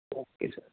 okay sir